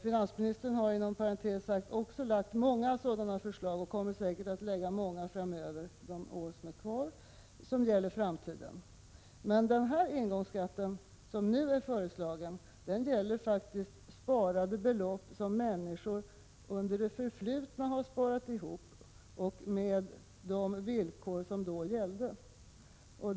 Finansministern har inom parentes sagt också lagt fram många sådana förslag och kommer säkert att lägga fram många framöver — förslag som gäller framtiden. Men den engångsskatt som nu är föreslagen gäller faktiskt belopp som människor under det förflutna har sparat ihop — och med de villkor som då gällde.